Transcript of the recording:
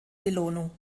belohnung